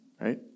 right